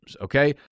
okay